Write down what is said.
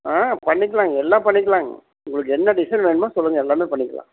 ஆ பண்ணிகலாங்க எல்லாம் பண்ணிக்கலாங்க உங்களுக்கு என்ன டிசைன் வேணுமோ சொல்லுங்கள் எல்லாமே பண்ணிக்கலாம்